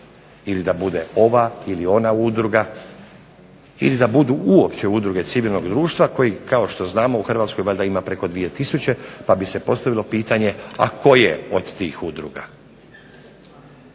ili da bude ova ili ona udruga, ili da budu uopće udruge civilnog društva koji kao što znamo u Hrvatskoj valjda ima preko 2 tisuće, pa bi se postavilo pitanje a koje od tih udruga?